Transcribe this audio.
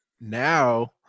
now